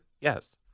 Yes